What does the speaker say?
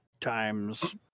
Times